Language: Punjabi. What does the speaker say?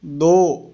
ਦੋ